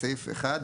בסעיף 1,